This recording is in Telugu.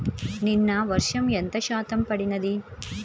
నిన్న వర్షము ఎంత శాతము పడినది?